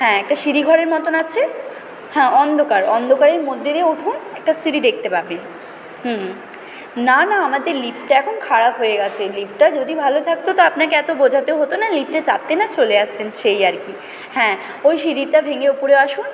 হ্যাঁ একটা সিঁড়িঘরের মতন আছে হ্যাঁ অন্ধকার অন্ধকারের মধ্যে দিয়ে উঠুন একটা সিঁড়ি দেখতে পাবেন না না আমাদের লিফটটা এখন খারাপ হয়ে গেছে লিফটটা যদি ভালো থাকত তো আপনাকে এত বোঝাতেও হতো না লিফটে চাপতেন আর চলে আসতেন সেই আর কি হ্যাঁ ওই সিঁড়িটা ভেঙে ওপরে আসুন